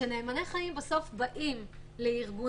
כאשר "נאמני חיים" באים לארגונים,